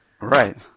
Right